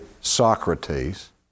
socrates